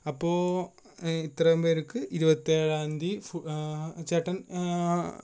അപ്പോൾ ഇത്രയും പേർക്ക് ഇരുപത്തേഴാം തിയതി ഫൂ ചേട്ടൻ